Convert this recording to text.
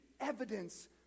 evidence